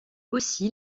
aussi